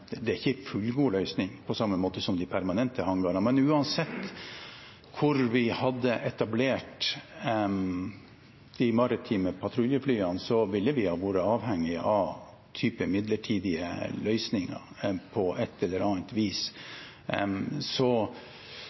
ikke er en fullgod løsning på samme måte som de permanente hangarene er, men uansett hvor vi hadde etablert de maritime patruljeflyene, ville vi ha vært avhengig av en type midlertidige løsninger på et eller annet vis. Tidsrammen tatt i betraktning er det ikke så